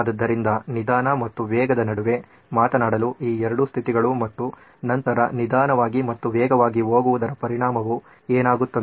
ಆದ್ದರಿಂದ ನಿಧಾನ ಮತ್ತು ವೇಗದ ನಡುವೆ ಮಾತನಾಡಲು ಈ ಎರಡು ಸಿತ್ಥಿಗಳು ಮತ್ತು ನಂತರ ನಿಧಾನವಾಗಿ ಮತ್ತು ವೇಗವಾಗಿ ಹೋಗುವುದರ ಪರಿಣಾಮವು ಏನಾಗುತ್ತದೆ